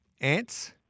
Ants